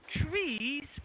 trees